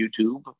YouTube